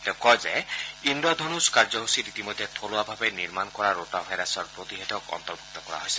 তেওঁ কয় যে ইন্দ্ৰধনূষ কাৰ্যসূচীত ইতিমধ্যে থলুৱাভাৱে নিৰ্মাণ কৰা ৰোটাভাইৰাছৰ প্ৰতিষেধক অন্তৰ্ভুক্ত কৰা হৈছে